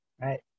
right